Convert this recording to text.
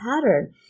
pattern